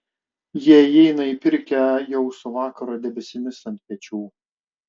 jie įeina į pirkią jau su vakaro debesimis ant pečių